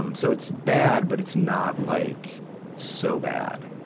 um so it's bad, but it's not like so bad.